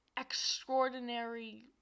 extraordinary